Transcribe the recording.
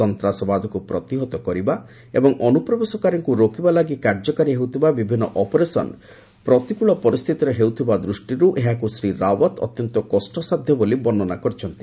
ସନ୍ତ୍ରାସବାଦକୁ ପ୍ରତିହତ କରିବା ଏବଂ ଅନୁପ୍ରବେଶକାରୀଙ୍କୁ ରୋକିବା ଲାଗି କାର୍ଯ୍ୟକାରୀ ହେଉଥିବା ବିଭିନ୍ନ ଅପରେସନ ପ୍ରତିକୂଳ ପରିସ୍ଥିତିରେ ହେଉଥିବା ଦୃଷ୍ଟିରୁ ଏହାକୁ ଶ୍ରୀ ରାଓ୍ୱତ ଅତ୍ୟନ୍ତ କଷ୍ଟସାଧ୍ୟ ବୋଲି ବର୍ଷ୍ଣନା କରିଛନ୍ତି